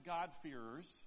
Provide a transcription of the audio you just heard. God-fearers